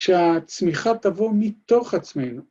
‫שהצמיחה תבוא מתוך עצמנו.